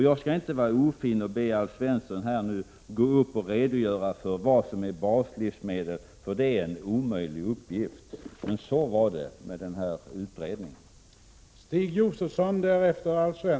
Jag skall inte vara ofin och be Alf Svensson att gå upp och redogöra för vad som är baslivsmedel, eftersom detta är en omöjlig uppgift. — Så förhöll det sig emellertid med den här utredningen.